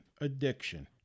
addiction